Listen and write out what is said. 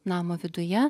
namo viduje